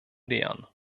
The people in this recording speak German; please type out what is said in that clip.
lehren